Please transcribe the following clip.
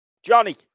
johnny